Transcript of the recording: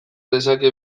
dezake